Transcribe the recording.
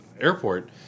airport